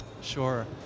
Sure